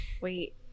Wait